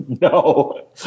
No